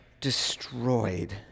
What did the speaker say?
destroyed